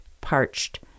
parched